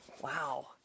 Wow